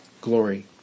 glory